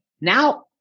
Now